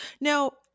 Now